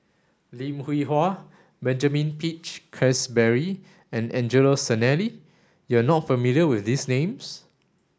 Lim Hwee Hua Benjamin Peach Keasberry and Angelo Sanelli you are not familiar with these names